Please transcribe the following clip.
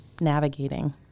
navigating